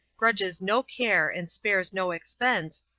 grudges no care and spares no expense,